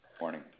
morning